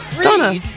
Donna